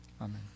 Amen